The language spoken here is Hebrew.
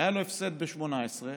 והיה לו הפסד ב-2018,